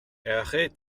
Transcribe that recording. arrête